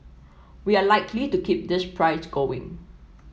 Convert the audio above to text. we are likely to keep this price going